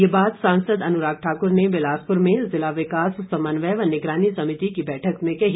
ये बात सांसद अनुराग ठाकुर ने बिलासपुर में जिला विकास समन्वय व निगरानी समिति की बैठक में कही